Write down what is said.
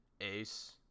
Ace